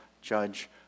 judge